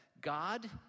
God